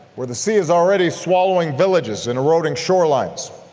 where the sea is already swallowing villages and eroding shorelines,